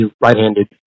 right-handed